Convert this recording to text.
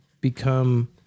become